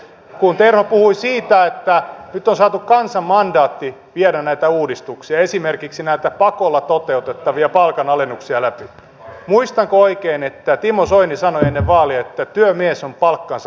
kun terho puhui siitä että nyt on saatu kansan mandaatti viedä näitä uudistuksia läpi esimerkiksi näitä pakolla toteutettavia palkanalennuksia muistanko oikein että timo soini sanoi ennen vaaleja että työmies on palkkansa ansainnut